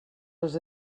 les